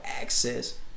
access